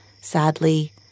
Sadly